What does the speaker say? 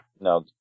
No